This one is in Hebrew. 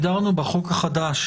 הגדרנו בחוק החדש